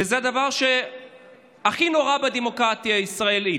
וזה הדבר הכי נורא בדמוקרטיה הישראלית.